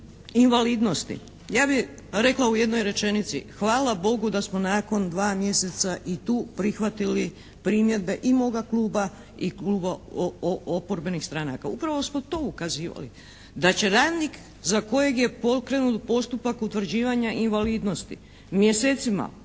invalidnosti. Ja bih rekla u jednoj rečenici – hvala Bogu da smo nakon dva mjeseca i tu prihvatili primjedbe i moga kluba i kluba oporbenih stranaka. Upravo smo to ukazivali, da će radnik za kojeg je pokrenut postupak utvrđivanja invalidnosti mjesecima,